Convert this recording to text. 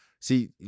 see